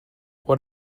what